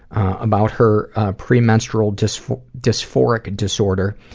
about her premenstrual dysphonic dysphonic and disorder.